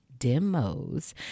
demos